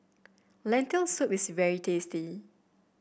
Lentil Soup is very tasty